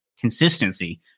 consistency